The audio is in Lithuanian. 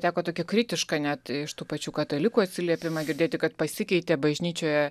teko tokia kritiška net iš tų pačių katalikų atsiliepimą girdėti kad pasikeitė bažnyčioje